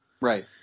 Right